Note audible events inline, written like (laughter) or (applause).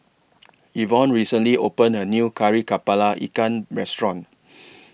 (noise) Yvonne recently opened A New Kari Kepala Ikan Restaurant (noise)